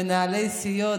מנהלי סיעות,